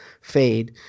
fade